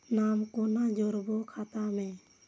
नाम कोना जोरब खाता मे